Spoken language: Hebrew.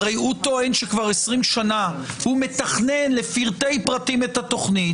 הרי הוא טוען שכבר 20 שנה הוא מתכנן לפרטי פרטים את התוכנית,